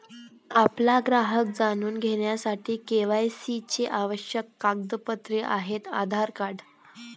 आपला ग्राहक जाणून घेण्यासाठी के.वाय.सी चे आवश्यक कागदपत्रे आहेत आधार कार्ड